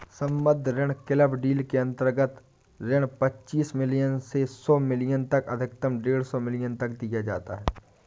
सम्बद्ध ऋण club deal के अंतर्गत ऋण पच्चीस मिलियन से सौ मिलियन तक अधिकतम डेढ़ सौ मिलियन तक दिया जाता है